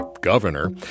governor